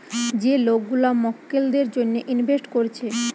যে লোক গুলা মক্কেলদের জন্যে ইনভেস্ট কোরছে